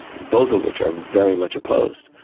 both of which are very much opposed,